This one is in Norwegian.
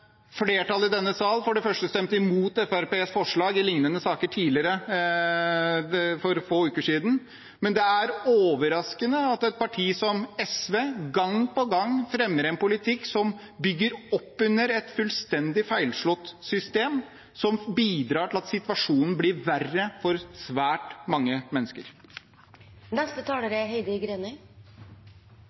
flertallet i denne sal for det første stemte imot Fremskrittspartiets forslag i lignende saker for få uker siden, og det er overraskende at et parti som SV gang på gang fremmer en politikk som bygger opp under et fullstendig feilslått system, som bidrar til at situasjonen blir verre for svært mange